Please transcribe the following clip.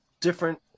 different